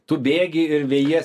tu bėgi ir vejies